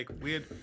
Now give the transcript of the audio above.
weird